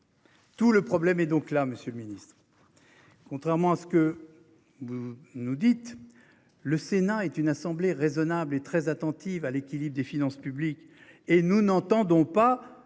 Tout le problème est donc là. Monsieur le Ministre. Contrairement à ce que vous nous dites. Le Sénat est une assemblée raisonnable et très attentive à l'équilibre des finances publiques et nous n'entendons pas